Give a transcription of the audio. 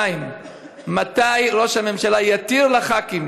2. מתי ראש הממשלה יתיר לח"כים,